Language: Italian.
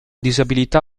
disabilità